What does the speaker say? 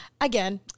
again